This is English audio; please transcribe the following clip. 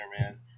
man